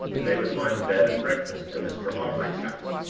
and they would find bed and breakfast at mr. hawbury's house.